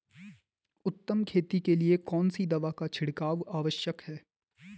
उत्तम खेती के लिए कौन सी दवा का छिड़काव आवश्यक है?